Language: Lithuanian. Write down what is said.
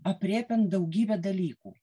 aprėpiant daugybę dalykų